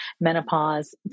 menopause